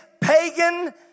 pagan